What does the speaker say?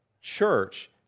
church